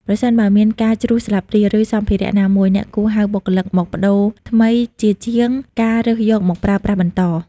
ប្រសិនបើមានការជ្រុះស្លាបព្រា ឬសម្ភារៈណាមួយ អ្នកគួរហៅបុគ្គលិកមកប្ដូរថ្មីជាជាងការរើសយកមកប្រើប្រាស់បន្ត។